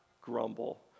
grumble